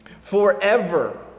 Forever